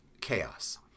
chaos